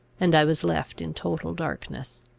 and i was left in total darkness.